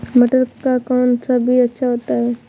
मटर का कौन सा बीज अच्छा होता हैं?